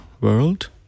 world